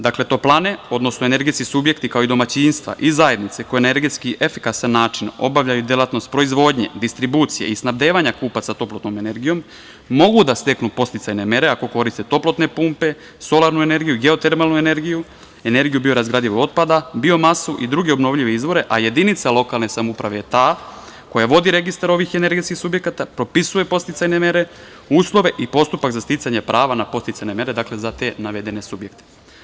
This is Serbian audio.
Dakle, toplane, energetski subjekti kao i domaćinstva i zajednice koje energetski na efikasan način obavljaju delatnost proizvodnje, distribucije i snabdevanja kupaca toplotnom energijom mogu da steknu podsticajne mere ako koriste toplotne pumpe, solarnu energiju, geotermalnu energiju, energiju biorazgradivog otpada, biomasu i druge obnovljive izvore a jedinica lokalne samouprave je ta koja vodi registar ovih energetskih subjekata, propisuje podsticajne mere, uslove i postupak za sticanje prava na podsticajne mere, dakle, za te navedene subjekte.